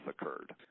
occurred